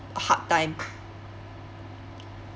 hard time